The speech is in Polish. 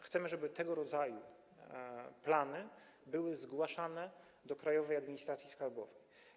Chcemy, żeby tego rodzaju plany były zgłaszane do Krajowej Administracji Skarbowej.